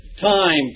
Time